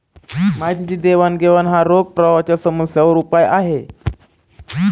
माहितीची देवाणघेवाण हा रोख प्रवाहाच्या समस्यांवर उपाय आहे